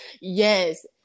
Yes